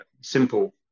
simple